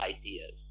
ideas